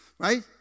Right